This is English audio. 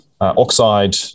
oxide